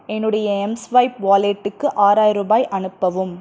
என்னுடைய எம்ஸ்வைப் வாலெட்டுக்கு ஆறாயிரம் ரூபாய் அனுப்பவும்